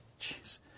Jeez